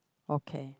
okay